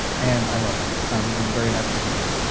and i love it. i'm very happy to be here.